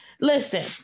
listen